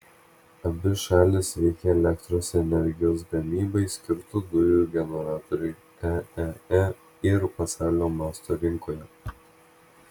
abi šalys veikia elektros energijos gamybai skirtų dujų generatorių eee ir pasaulio masto rinkoje